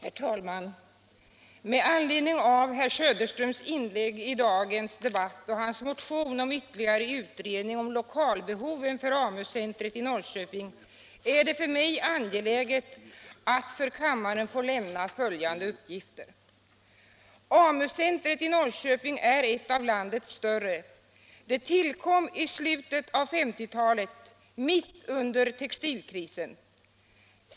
Herr talman! Med anledning av herr Söderströms inlägg i dagens debatt och hans motion om ytterligare utredning om lokalbehoven för AMU centret i Norrköping är det för mig angeläget att här i kammaren få lämna följande uppgifter. AMU-centret i Norrköping är ett av landets större. Det tillkom i slutet av 1950-talet mitt under textilkrisen.